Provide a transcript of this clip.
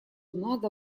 надо